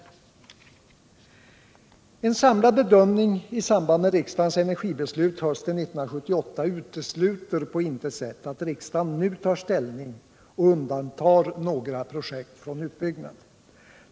61 En samlad bedömning i samband med riksdagens energibeslut hösten 1978 utesluter på intet sätt att riksdagen nu tar ställning och undantar några projekt från utbyggnad.